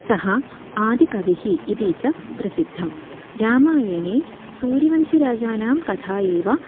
सः आदिकविः इति च प्रसिद्धं रामायणे सूर्यवंशराजानां कथा एव